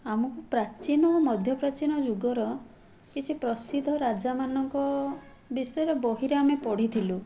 ଆମକୁ ପ୍ରାଚୀନ ମଧ୍ୟପ୍ରାଚୀନ ଯୁଗର କିଛି ପ୍ରସିଦ୍ଧ ରାଜାମାନଙ୍କ ବିଷୟରେ ବହିରେ ଆମେ ପଢ଼ିଥିଲୁ